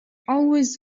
always